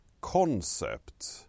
concept